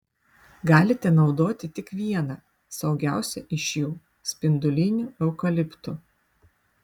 galite naudoti tik vieną saugiausią iš jų spindulinių eukaliptų